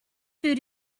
food